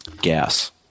gas